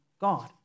God